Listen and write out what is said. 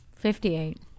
Fifty-eight